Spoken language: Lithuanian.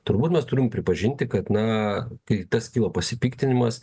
turbūt mes turim pripažinti kad na kai tas kilo pasipiktinimas